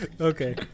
Okay